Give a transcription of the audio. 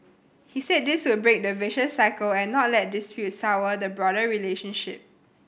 he said this would break the vicious cycle and not let disputes sour the broader relationship